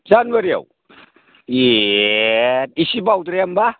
जानुवारियाव ए एसे बावद्राया होमब्ला